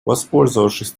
воспользовавшись